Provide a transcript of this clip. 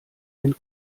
wenn